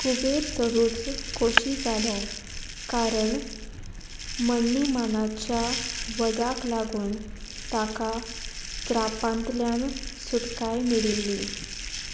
कुबेर चडूच खोशी जालो कारण महण्णीमनाच्या वदाक लागून ताका स्त्रापांतल्यान सुटकाय मेळिल्ली